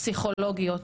פסיכולוגיות,